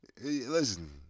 listen